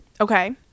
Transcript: Okay